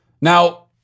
Now